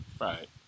Right